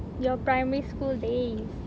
your primary school days